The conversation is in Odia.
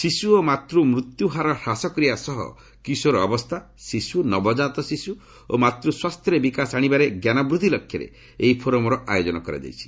ଶିଶୁ ଓ ମାତ୍ର ମୃତ୍ୟୁ ହାର ହ୍ରାସ କରିବା ସହ କିଶୋର ଅବସ୍ଥା ଶିଶ୍ରୁ ନବକାତ ଶିଶ୍ରୁ ଓ ମାତୃସ୍ୱାସ୍ଥ୍ୟରେ ବିକାଶ ଆଶିବାରେ ଜ୍ଞାନବୃଦ୍ଧି ଲକ୍ଷ୍ୟରେ ଏହି ଫୋରମର ଆୟୋଜନ କରାଯାଇଛି